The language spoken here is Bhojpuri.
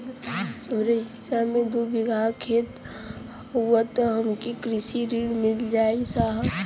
हमरे हिस्सा मे दू बिगहा खेत हउए त हमके कृषि ऋण मिल जाई साहब?